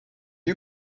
you